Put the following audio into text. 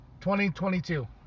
2022